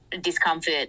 discomfort